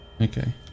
Okay